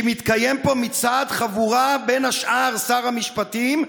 שמתקיים פה מצעד, חבורה, בין השאר שר המשפטים,